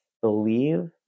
believe